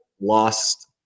lost